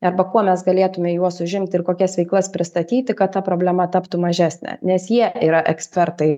arba kuo mes galėtume juos užimti ir kokias veiklas pristatyti kad ta problema taptų mažesnė nes jie yra ekspertai